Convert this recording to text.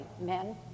men